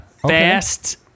Fast